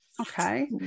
okay